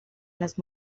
las